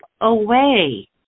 away